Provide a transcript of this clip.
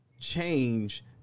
change